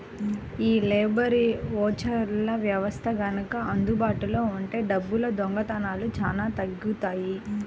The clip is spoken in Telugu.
యీ లేబర్ ఓచర్ల వ్యవస్థ గనక అందుబాటులో ఉంటే డబ్బుల దొంగతనాలు చానా తగ్గుతియ్యి